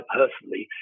personally